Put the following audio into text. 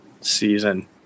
season